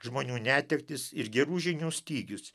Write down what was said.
žmonių netektys ir gerų žinių stygius